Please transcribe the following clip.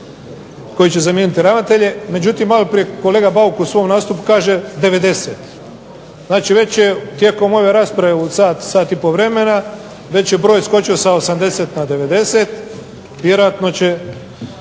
koji će zamijeniti ravnatelje, međutim maloprije kolega Bauk u svom nastupu kaže 90. Znači već je tijekom ove rasprave u sat, sat i pol vremena već je broj skočio sa 80 na 90. Vjerojatno će